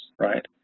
right